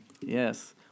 yes